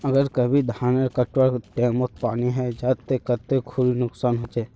अगर कभी धानेर कटवार टैमोत पानी है जहा ते कते खुरी नुकसान होचए?